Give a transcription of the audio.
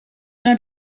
naar